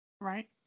right